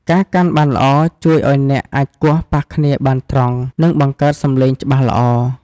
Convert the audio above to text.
ការកាន់បានល្អ ជួយឲ្យអ្នកអាចគោះប៉ះគ្នាបានត្រង់ និងបង្កើតសំឡេងច្បាស់ល្អ។